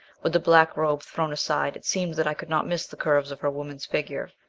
with the black robe thrown aside, it seemed that i could not miss the curves of her woman's figure.